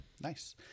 Nice